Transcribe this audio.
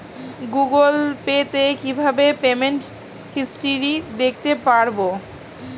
Google Pay তে কিভাবে payment history দেখতে পারবো?